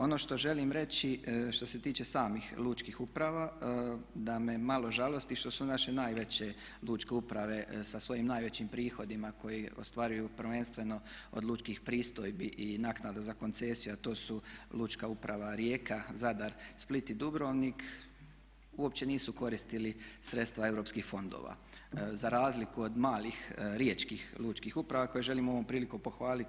Ono što želim reći što se tiče samih lučkih uprava da me malo žalosti što su naše najveće lučke uprave sa svojim najvećim prihodima koje ostvaruju prvenstveno od lučkih pristojbi i naknada za koncesiju, a to su Lučka uprava Rijeka, Zadar, Split i Dubrovnik uopće nisu koristili sredstva europskih fondova za razliku od malih riječnih lučkih uprava koje želim ovom prilikom pohvaliti.